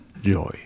joy